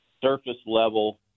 surface-level